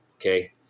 okay